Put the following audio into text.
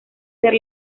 ser